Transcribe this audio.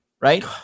right